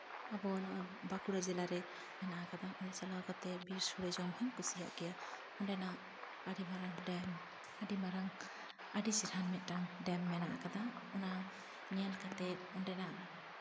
ᱟᱵᱚ ᱱᱚᱣᱟ ᱵᱟᱸᱠᱩᱲᱟ ᱡᱮᱞᱟᱨᱮ ᱢᱮᱱᱟᱜ ᱠᱟᱫᱟ ᱚᱸᱰᱮ ᱪᱟᱞᱟᱣ ᱠᱟᱛᱮᱜ ᱵᱤᱨ ᱥᱳᱲᱮ ᱡᱚᱢ ᱦᱚᱸᱧ ᱠᱩᱥᱤᱭᱟᱜ ᱜᱮᱭᱟ ᱚᱸᱰᱮᱱᱟᱜ ᱟᱹᱰᱤ ᱢᱟᱨᱟᱝ ᱰᱮᱢ ᱟᱹᱰᱤ ᱢᱟᱨᱟᱝ ᱟᱹᱰᱤ ᱪᱮᱦᱨᱟᱱ ᱢᱤᱫᱴᱟᱱ ᱰᱮᱢ ᱢᱮᱱᱟᱜ ᱠᱟᱫᱟ ᱚᱱᱟ ᱧᱮᱞ ᱠᱟᱛᱮᱜ ᱚᱸᱰᱮᱱᱟᱜ